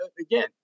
again